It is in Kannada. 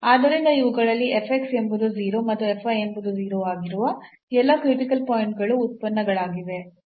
ಆದ್ದರಿಂದ ಇವುಗಳಲ್ಲಿ ಎಂಬುದು 0 ಮತ್ತು ಎಂಬುದು 0 ಆಗಿರುವ ಎಲ್ಲಾ ಕ್ರಿಟಿಕಲ್ ಪಾಯಿಂಟ್ ಗಳು ಉತ್ಪನ್ನಗಳಾಗಿವೆ